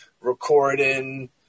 recording